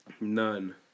None